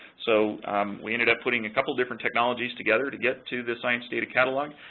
so we ended up putting a couple different technologies together to get to this science data catalog,